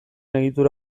egitura